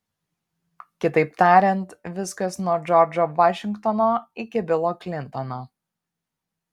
kitaip tariant viskas nuo džordžo vašingtono iki bilo klintono